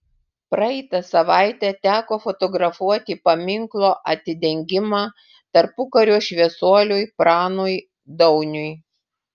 praeitą savaitę teko fotografuoti paminklo atidengimą tarpukario šviesuoliui pranui dauniui